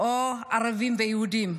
או בין ערבים ליהודים.